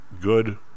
good